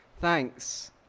Thanks